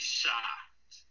shocked